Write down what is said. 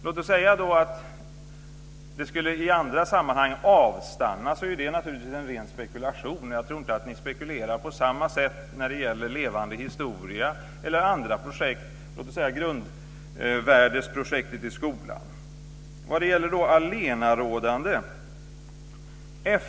Om vi tar det här med att det i andra sammanhang skulle "avstanna" så är det naturligtvis en ren spekulation. Jag tror inte att ni spekulerar på samma sätt när det gäller Levande historia eller andra projekt, låt oss säga Grundvärdesprojektet i skolan. Sedan har vi detta med "allenarådande".